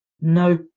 no